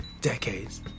decades